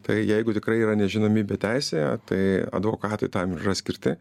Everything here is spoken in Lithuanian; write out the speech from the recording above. tai jeigu tikrai yra nežinomybė teisėje tai advokatai tam ir yra skirti